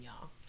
y'all